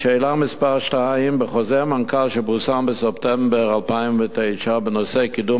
2. בחוזר מנכ"ל שפורסם בספטמבר 2009 בנושא: קידום